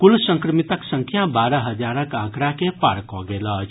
कुल संक्रमितक संख्या बारह हजारक आंकड़ा के पार कऽ गेल अछि